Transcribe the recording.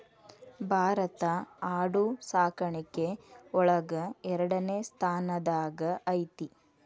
ಭಾರತಾ ಆಡು ಸಾಕಾಣಿಕೆ ಒಳಗ ಎರಡನೆ ಸ್ತಾನದಾಗ ಐತಿ